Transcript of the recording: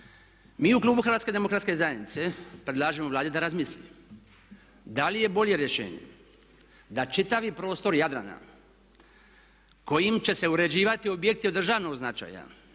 Mi u klubu HDZ-a predlažemo Vladi da razmisli da li je bolje rješenje da čitavi prostor Jadrana kojim će se uređivati objekti od državnog značaja